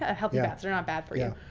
ah healthy fats are not bad for you.